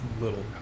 Little